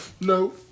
No